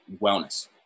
wellness